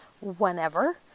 whenever